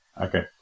Okay